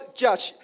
judge